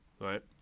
right